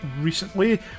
recently